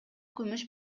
күмүш